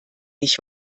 nicht